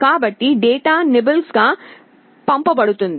కాబట్టి data nibbles గా పంపబడుతుంది